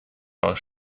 aus